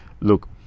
look